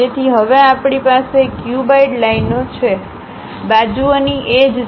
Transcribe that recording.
તેથી હવે આપણી પાસે ક્યુબઇડ લાઇનો છે બાજુઓની એજ છે